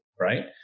Right